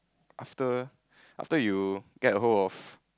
after after you get a hold of